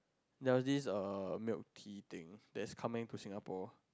there were this uh milk tea thing that is coming to Singapore